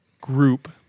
group